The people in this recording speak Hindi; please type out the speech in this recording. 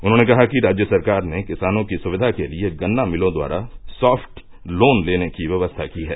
उन्होंने कहा कि राज्य सरकार ने किसानों की सुक्विया के लिए गन्ना मिलों द्वारा साफ्ट लोन लेने की व्यवस्था की है